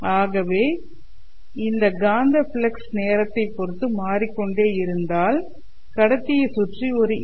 ஆகவே இந்த காந்தப் ஃப்ளக்ஸ் நேரத்தை பொறுத்து மாறிக்கொண்டே இருந்தால் கடத்தியைச் சுற்றி ஒரு ஈ